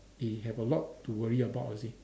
they have a lot to worry about you see